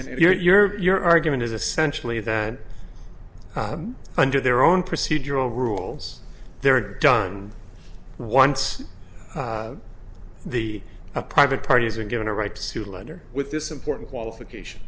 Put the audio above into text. if you or your argument is essentially that under their own procedural rules they're done once the a private parties are given a right to sue letter with this important qualification